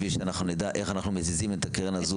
בשביל שאנחנו נדע איך אנחנו מזיזים את הקרן הזו